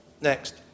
Next